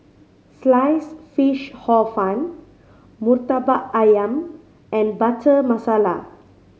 Sliced Fish Hor Fun Murtabak Ayam and Butter Masala